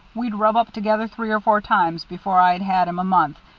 we'd rubbed up together three or four times before i'd had him a month,